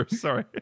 sorry